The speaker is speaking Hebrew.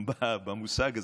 זה המושג,